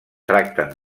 tracten